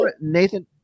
Nathan